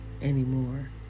anymore